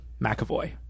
McAvoy